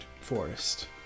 Forest